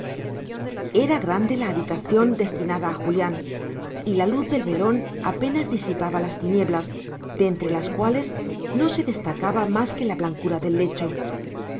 era grande la habitación destinada a julián y la luz del velón apenas disipaba las tinieblas de entre las cuales no se destacaba más que la blancura del lecho